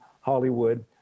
Hollywood